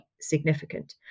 significant